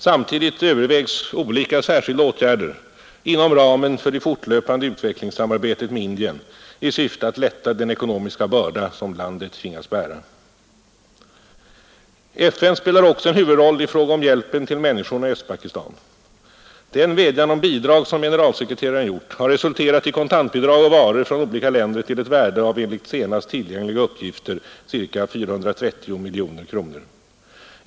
Samtidigt övervägs olika särskilda åtgärder inom ramen för det fortlöpande utvecklingssamarbetet med Indien i syfte att lätta den ekonomiska börda som landet tvingas bära, FN spelar också en huvudroll i fråga om hjälpen till människorna i Östpakistan. Den vädjan om bidrag, som generalsekreteraren gjort, har resulterat i kontantbidrag och varor från olika länder till ett värde av enligt senast tillgängliga uppgifter ca 430 miljoner kronor.